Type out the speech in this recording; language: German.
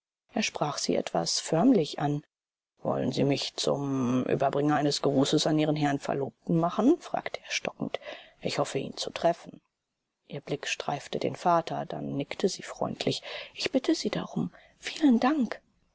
er sprach sie etwas förmlich an wollen sie mich zum überbringer eines grußes an ihren herrn verlobten machen fragte er stockend ich hoffe ihn zu treffen ihr blick streifte den vater dann nickte sie freundlich ich bitte sie darum vielen dank